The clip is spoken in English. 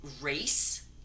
race